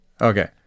Okay